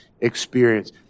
experience